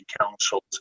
councils